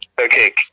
Okay